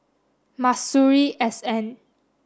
Masuri S N